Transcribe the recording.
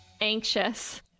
Anxious